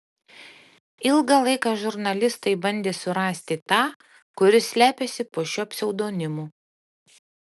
ilgą laiką žurnalistai bandė surasti tą kuris slepiasi po šiuo pseudonimu